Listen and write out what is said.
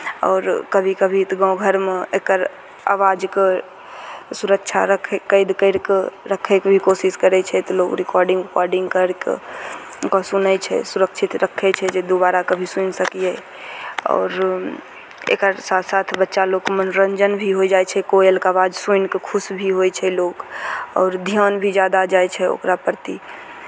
आओर कभी कभी तऽ गाँव घरमे एकर आवाजकेँ सुरक्षा रखय कैद करि कऽ रखयके भी कोशिश करै छै तऽ लोक रिकॉर्डिंग उकॉर्डिंग करि कऽ ओकरा सुनै छै सुरक्षित रखै छै जे दुबारा कभी सुनि सकियै आओर एकर साथ साथ बच्चा लोकके मनोरञ्जन भी होय जाइ छै कोयलके आवाज सुनि कऽ खुश भी होइ छै लोक आओर धियान भी जादा जाइ छै ओकरा प्रति